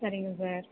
சரிங்க சார்